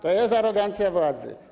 To jest arogancja władzy.